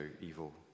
evil